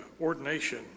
ordination